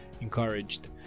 encouraged